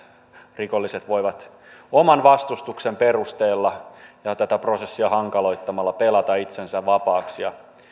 rikolliset voivat oman vastustuksen perusteella ja tätä prosessia hankaloittamalla pelata itsensä vapaaksi ja